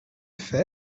train